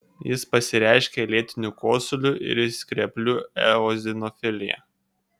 jis pasireiškia lėtiniu kosuliu ir skreplių eozinofilija